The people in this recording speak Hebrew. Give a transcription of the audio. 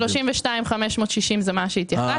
ה-32,560,000 זה מה שהתייחסתי.